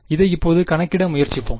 இதை இப்போது கணக்கிட முயற்சிப்போம்